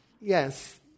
Yes